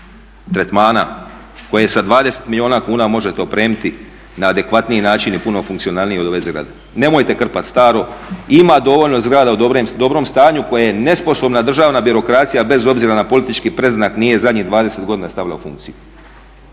tretmana koje sa 20 milijuna kuna možete opremiti na adekvatnije način i puno funkcionalnije od ove zgrade. Nemojte krpati staro, ima dovoljno zgrada u dobrom stanju koje nesposobna državna birokracija bez obzira na politički predznak, nije zadnjih 20 godina stavila u funkciju.